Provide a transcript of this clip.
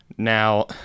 Now